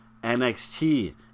NXT